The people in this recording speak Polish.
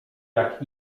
jak